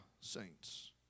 saints